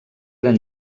eren